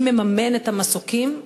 מי מממן את המסוקים?